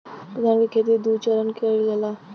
धान के खेती दुई चरन मे करल जाला